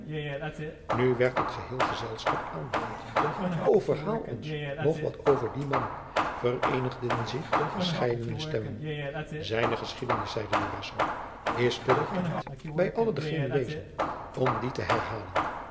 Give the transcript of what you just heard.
nu werd het geheel gezelschap aandacht o verhaal ons nog wat van dien man vereenigden zich verscheiden stemmen zijne geschiedenis zeide durazzo is te bekend bij alle de genuezen om die te herhalen